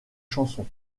chansons